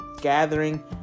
gathering